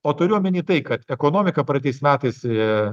o turiu omeny tai kad ekonomika praeitais metais a